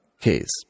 case